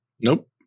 Nope